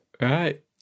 Right